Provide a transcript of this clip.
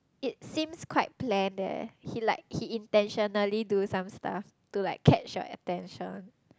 it seems quite planned eh he like he intentionally do some stuff to like catch your attention